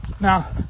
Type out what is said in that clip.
Now